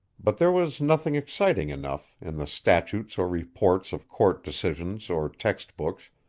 but there was nothing exciting enough, in the statutes or reports of court decisions or text-books,